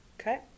Okay